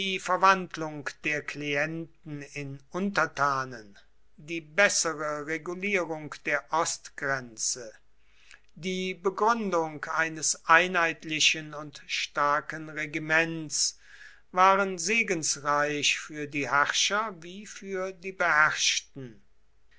verwandlung der klienten in untertanen die bessere regulierung der ostgrenze die begründung eines einheitlichen und starken regiments waren segensreich für die herrscher wie für die beherrschten